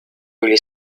really